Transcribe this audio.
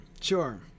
sure